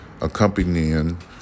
accompanying